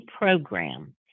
program